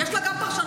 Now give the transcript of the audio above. יש לה גם פרשנות.